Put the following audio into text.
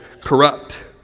corrupt